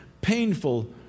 painful